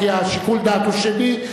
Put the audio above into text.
כי שיקול הדעת הוא שלי.